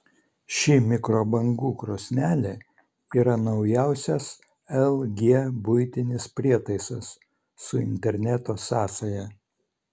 ši mikrobangų krosnelė yra naujausias lg buitinis prietaisas su interneto sąsaja